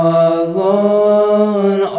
alone